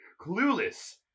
Clueless